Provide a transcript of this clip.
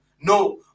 No